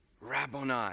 Rabboni